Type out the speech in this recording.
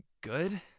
Good